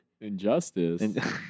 Injustice